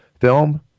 film